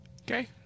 Okay